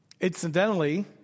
Incidentally